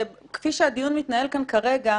כפי שהדיון מתנהל כאן כרגע,